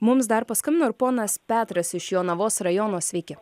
mums dar paskambino ir ponas petras iš jonavos rajono sveiki